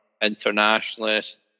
internationalist